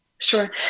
Sure